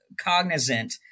cognizant